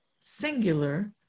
singular